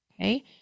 okay